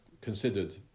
considered